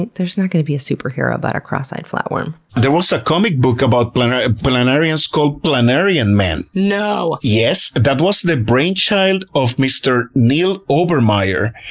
and there's not gonna be a superhero about a cross-eyed flatworm. there was a comic book about planarians called planarian man. no! yes. that was the brain child of mr. neal obermeyer,